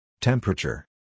Temperature